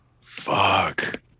Fuck